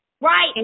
right